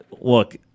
look